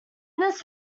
this